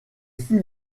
fut